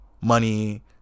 money